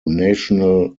national